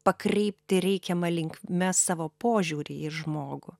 pakreipti reikiama linkme savo požiūrį į žmogų